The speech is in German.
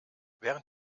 während